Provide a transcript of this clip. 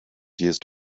used